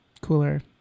cooler